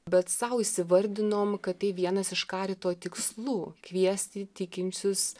bet sau įsivardinom kad tai vienas iš karito tikslų kviesti tikinčius